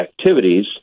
activities